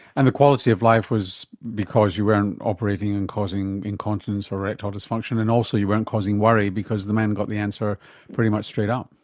and the quality of life was because you weren't operating and causing incontinence or erectile dysfunction, and also you weren't causing worry because the man got the answer pretty much straight up.